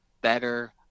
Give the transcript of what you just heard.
better